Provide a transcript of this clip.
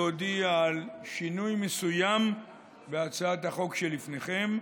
להודיע על שינוי מסוים בהצעת החוק שלפניכם: